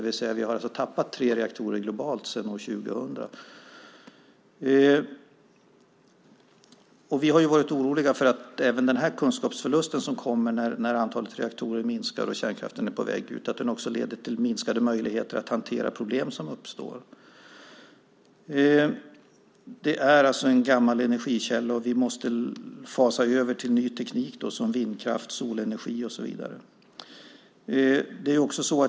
Vi har alltså tappat tre reaktorer globalt sedan år 2000. Vi har varit oroliga för att den kunskapsförlust som kommer när antalet reaktorer minskar och kärnkraften är på väg ut också leder till minskade möjligheter att hantera problem som uppstår. Det är en gammal energikälla. Vi måste fasa över till ny teknik som vindkraft, solenergi och så vidare.